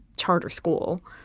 charter school.